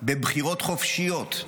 בבחירות חופשיות,